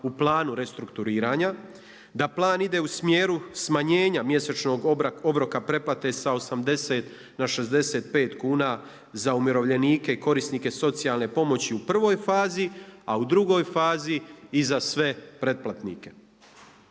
u planu restrukturiranja, da plan ide u smjeru smanjenje mjesečnog obroka preplate sa 80 na 65 kuna za umirovljenike i korisnike socijalne pomoći u prvoj fazi, a u drugoj fazi i za sve pretplatnike.